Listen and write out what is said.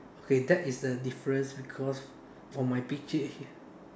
okay that is a difference because for my picture here